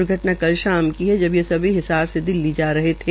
दुर्घटना कल शाम की है जब ये सभी हिसार से दिल्ली जा रहे थे